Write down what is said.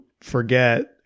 forget